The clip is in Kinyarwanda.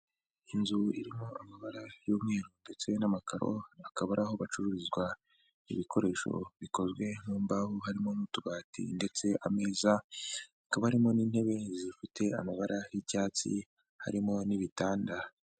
Inzu irimo amabara y'umweru ndetse n'amakaro, akaba ari aho bacururiza ibikoresho bikozwe mu mbaho, harimo n'utubati ndetse ameza, hakaba harimo n'intebe zifite amabara y'icyatsi harimo n'ibitanda.